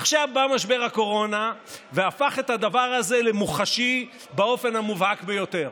עכשיו בא משבר הקורונה והפך את הדבר הזה למוחשי באופן המובהק ביותר,